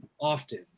often